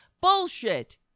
Bullshit